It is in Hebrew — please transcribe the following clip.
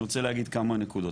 אני רוצה להגיד כמה נקודות,